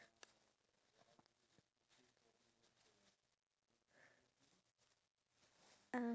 I don't think so because I think the sugar is being compressed by something and then that's why it stays